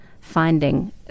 finding